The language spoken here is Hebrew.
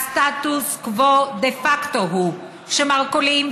הסטטוס קוו דה פקטו הוא שמרכולים,